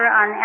on